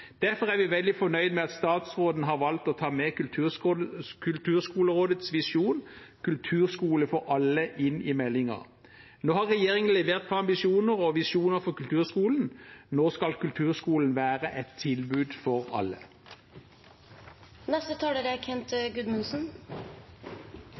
Derfor er vi veldig fornøyd med at statsråden har valgt å ta Kulturskolerådets visjon – kulturskole for alle – inn i meldingen. Nå har regjeringen levert på ambisjoner og visjoner for kulturskolen. Nå skal kulturskolen være et tilbud for alle. Det er